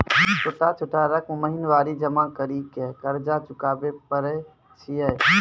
छोटा छोटा रकम महीनवारी जमा करि के कर्जा चुकाबै परए छियै?